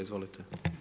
Izvolite.